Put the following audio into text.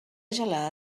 gelar